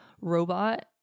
robot